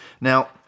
Now